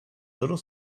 little